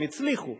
הם הצליחו,